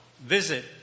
visit